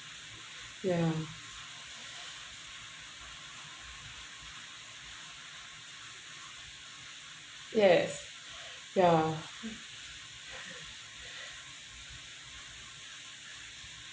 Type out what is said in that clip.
ya yes ya